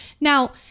Now